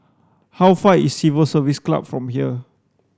how far is Civil Service Club from here